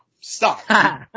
stop